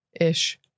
ish